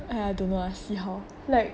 !aiya! don't know lah see how like